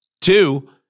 Two